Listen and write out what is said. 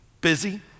Busy